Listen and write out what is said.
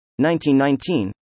1919